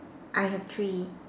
I have three